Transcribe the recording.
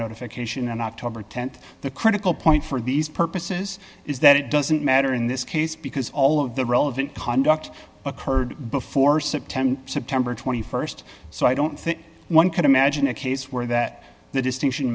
notification and october th the critical point for these purposes is that it doesn't matter in this case because all of the relevant conduct occurred before september september st so i don't think one can imagine a case where that the distinction